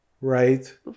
right